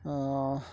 ଓ